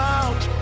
out